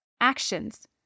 Actions